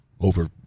over